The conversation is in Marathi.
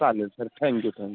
चालेल सर थँक्यू